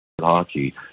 Hockey